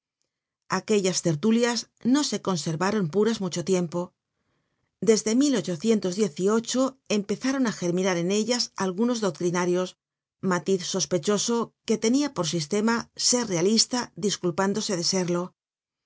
aquellas tertulias no se conservaron puras mucho tiempo desde empezaron á germinar en ellas algunos doctrinarios matiz sospechoso que tenia por sistema ser realista disculpándose de serlo